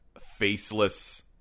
faceless